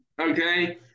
okay